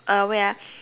uh wait ah